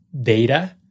data